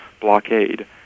blockade